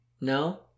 No